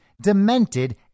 demented